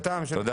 תודה